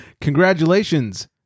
congratulations